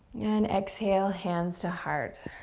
and exhale, hands to heart.